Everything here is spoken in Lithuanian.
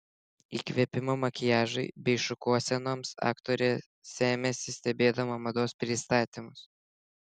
įkvėpimo makiažui bei šukuosenoms aktorė semiasi stebėdama mados pristatymus